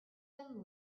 them